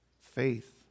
faith